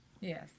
Yes